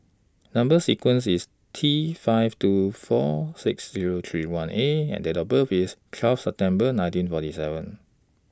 Number sequence IS T five two four six Zero three one A and Date of birth IS twelve September nineteen forty seven